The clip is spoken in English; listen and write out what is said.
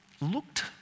looked